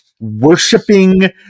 Worshipping